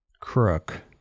crook